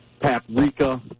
paprika